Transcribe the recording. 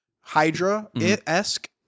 hydra-esque